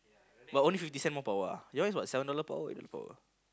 but only fifty cent more per hour ah your one is what seven dollar per hour or eight per hour